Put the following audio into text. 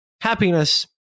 happiness